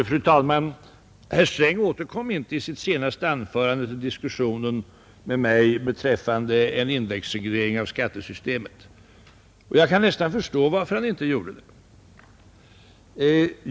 Fru talman! Herr Sträng återkom inte i sitt senaste anförande till diskussionen med mig beträffande en indexreglering av skattesystemet. Jag kan nästan förstå varför han inte gjorde det.